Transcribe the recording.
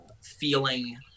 feeling